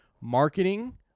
marketing